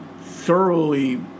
thoroughly